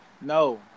No